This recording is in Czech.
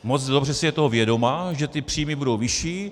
Moc dobře si je toho vědoma, že příjmy budou vyšší.